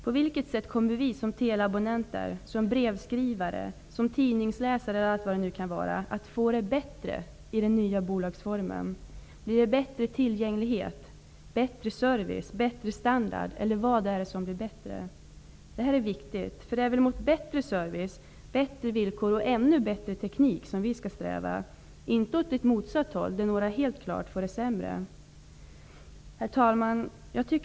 På vilket sätt kommer vi som teleabonnenter, brevskrivare, tidningsläsare och allt vad det nu kan vara att få det bättre i den nya bolagsformen? Blir det bättre tillgänglighet, bättre service, bättre standard, eller vad är det som blir bättre? Detta är viktigt. Det är mot bättre service, bättre villkor och ännu bättre teknik som vi skall sträva och inte åt ett motsatt håll. Det vore helt klart att få det sämre. Herr talman!